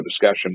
discussion